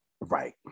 Right